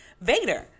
Vader